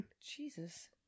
Jesus